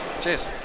Cheers